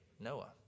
Noah